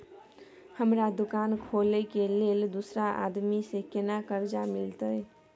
हमरा दुकान खोले के लेल दूसरा आदमी से केना कर्जा मिलते?